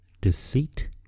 deceit